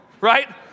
right